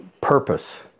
Purpose